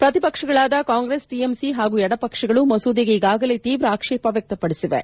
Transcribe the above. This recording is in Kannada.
ಪ್ರತಿಪಕ್ಷಗಳಾದ ಕಾಂಗ್ರೆಸ್ ಟಿಎಂಸಿ ಹಾಗೂ ಎಡಪಕ್ಷಗಳು ಮಸೂದೆಗೆ ಈಗಾಗಲೇ ತೀವ್ರ ಆಕ್ಷೇಪ ವ್ಯಕ್ತಪಡಿಸಿವೆ